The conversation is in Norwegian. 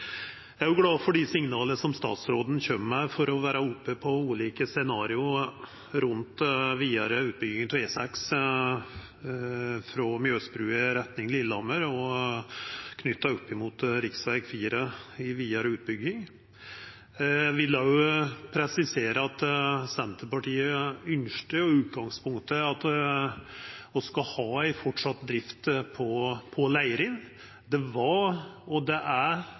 Eg er glad for dei signala som statsråden kjem med ved å vurdera ulike scenario rundt vidare utbygging av E6 frå Mjøsbrua i retning Lillehammer knytt opp mot rv. 4 i ei vidare utbygging. Eg vil òg presisera at Senterpartiet ynskte i utgangspunktet at vi framleis skal ha drift på Leirin. Det er